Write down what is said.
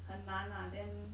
很难 lah then